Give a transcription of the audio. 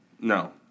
No